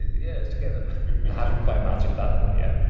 yes, together. i haven't quite mastered that one yet.